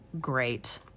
Great